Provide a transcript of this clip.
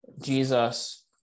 Jesus